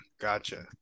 Gotcha